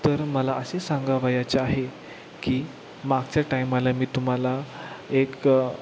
तर मला असे सांगावयाचे आहे की मागच्या टायमाला मी तुम्हाला एक